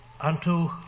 unto